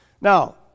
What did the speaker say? Now